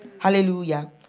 Hallelujah